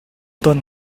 tawn